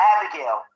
Abigail